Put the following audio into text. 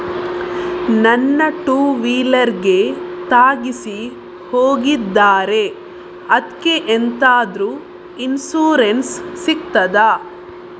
ನನ್ನ ಟೂವೀಲರ್ ಗೆ ತಾಗಿಸಿ ಹೋಗಿದ್ದಾರೆ ಅದ್ಕೆ ಎಂತಾದ್ರು ಇನ್ಸೂರೆನ್ಸ್ ಸಿಗ್ತದ?